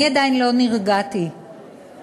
אני עדיין לא נרגעתי מההצבעה